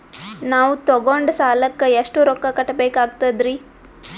ನಾವು ತೊಗೊಂಡ ಸಾಲಕ್ಕ ಎಷ್ಟು ರೊಕ್ಕ ಕಟ್ಟಬೇಕಾಗ್ತದ್ರೀ?